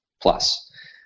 Plus